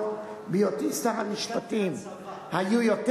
אדם כמוהו הוא האחרון שיכול להטיף,